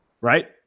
Right